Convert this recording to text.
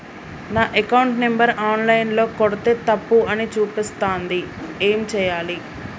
నా account number online ల కొడ్తే తప్పు అని చూపిస్తాంది ఏం చేయాలి?